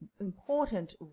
important